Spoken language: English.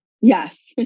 Yes